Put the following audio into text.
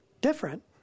different